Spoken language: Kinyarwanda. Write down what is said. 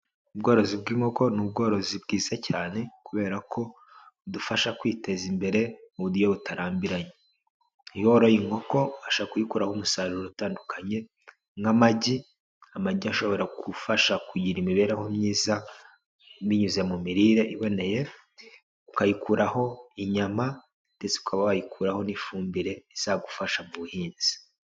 Ubworozi bw'inkoko nI ubworozi bwiza cyane kubera ko budufasha kwiteza imbere mu buryo butarambiranye. Iyo woroye inkoko ushobora kuyikuraho umusaruro utandukanye nk'amagi, amagi ashobora gufasha kugira imibereho myiza binyuze mu mirire iboneye, ukayikuraho inyama ndetse ukaba wayikuraho n'ifumbire izagufasha mu buhinzi.